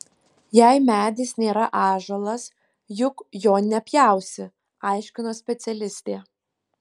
jei medis nėra ąžuolas juk jo nepjausi aiškino specialistė